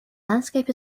landscape